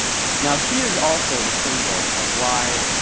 now, he is also the symbol of why,